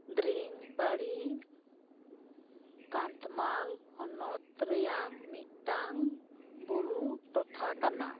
ᱫᱟᱹᱨᱤᱝᱵᱟᱲᱤ ᱠᱟᱱᱫᱷᱢᱟᱞ ᱦᱚᱱᱚᱛ ᱨᱮᱭᱟᱝ ᱢᱤᱫᱴᱟᱝ ᱵᱩᱨᱩ ᱴᱚᱴᱷᱟ ᱠᱟᱱᱟ